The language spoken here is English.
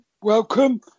welcome